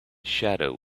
shadow